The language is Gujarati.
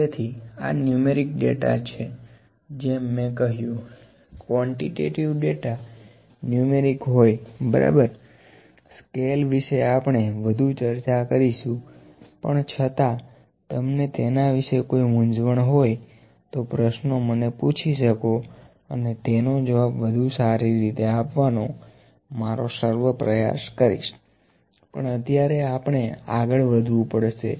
તેથીઆં નુંમેરિક ડેટા છે જેમ મે કહ્યુંક્વોન્ટીટેટીવ ડેટા ન્યુમેરિક હોય બરાબર સ્કેલ વિશે આપણે વધું ચર્ચા કરીશું પણ છતાં તમને તેના વિશે કોઈ મૂંઝવણ હોય તો પ્રશ્નો મને પૂછી શકો અને તેનો જવાબ વધુ સારી રીતે આપવાનો મારો સર્વ પ્રયાશ કરીશ પણ અત્યારે આપણે આગળ વધવું પડશે